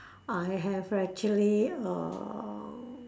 I have actually uh